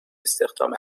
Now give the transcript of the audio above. استخدام